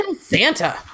Santa